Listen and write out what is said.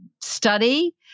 study